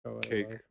cake